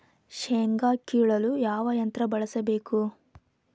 ಶೇಂಗಾ ಕೇಳಲು ಯಾವ ಯಂತ್ರ ಬಳಸಬೇಕು?